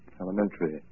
elementary